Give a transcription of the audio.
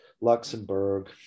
Luxembourg